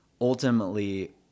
ultimately